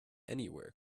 anywhere